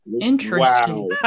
interesting